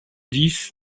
dix